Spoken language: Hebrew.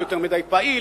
הוא יותר מדי פעיל,